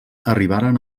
arribaren